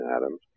atoms